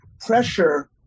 pressure